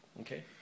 okay